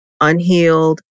unhealed